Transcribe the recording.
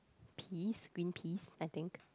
peas green peas I think